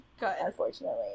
unfortunately